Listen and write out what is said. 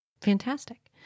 Fantastic